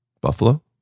Buffalo